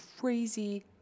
crazy